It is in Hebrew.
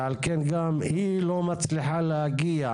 ועל כן גם היא לא מצליחה להגיע,